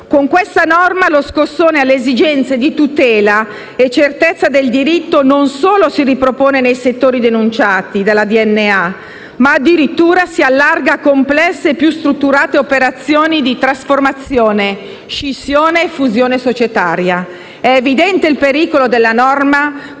Con questa norma lo scossone alle esigenze di tutela e certezza del diritto non solo si ripropone nei settori denunciati dalla direzione nazionale antimafia (DNA), ma addirittura si allarga a complesse e più strutturate operazioni di trasformazione, scissione e fusione societaria. È evidente il pericolo della norma,